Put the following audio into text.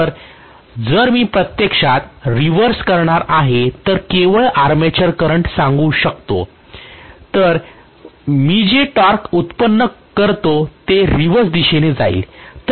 तर जर मी प्रत्यक्षात रिव्हर्स करणार असेल तर केवळ आर्मेचर करंटच सांगू तर मी जे टॉर्क व्युत्पन्न करते ते रिव्हर्स दिशेने जाईल